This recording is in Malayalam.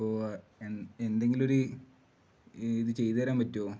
അപ്പോൾ എ എന്തെങ്കിലും ഒരു ഇത് ചെയ്ത് തരാൻ പറ്റുമോ